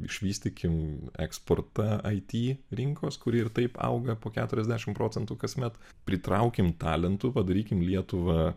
išvystykim eksportą ai tį rinkos kuri ir taip auga po keturiasdešimt procentų kasmet pritraukim talentų padarykim lietuvą